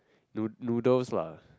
nood~ noodles lah